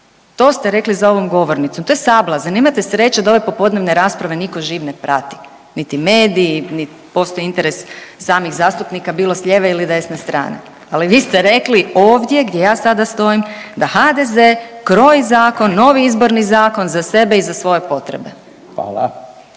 To ste rekli za ovom govornicom. To je sablazan! Imate sreće da ove popodnevne rasprave nitko živ ne prati, niti mediji, niti postoji interes samih zastupnika bilo s lijeve ili desne strane. Ali vi ste rekli ovdje gdje ja sada stojim da HDZ kroji zakon, novi Izborni zakon za sebe i za svoje potrebe.